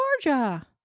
Georgia